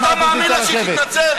אתה מאמין לה שהיא תתנצל?